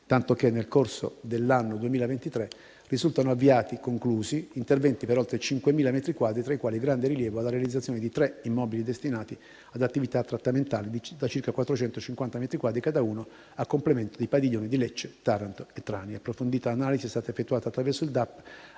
tanto che nel corso dell'anno 2023 risultano avviati e conclusi interventi per oltre 5.000 metri quadri, tra i quali grande rilievo ha la realizzazione di tre immobili destinati ad attività trattamentali da circa 450 metri quadri cadauno, a completamento dei padiglioni di Lecce, Taranto e Trani. Un'approfondita analisi è stata effettuata attraverso il